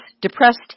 depressed